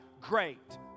great